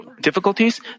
difficulties